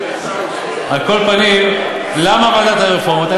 על כל פנים, למה ועדת הרפורמות?